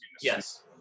Yes